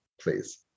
please